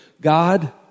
God